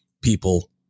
people